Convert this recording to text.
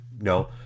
no